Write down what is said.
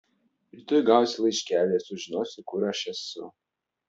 rytoj gausi laiškelį ir sužinosi kur aš esu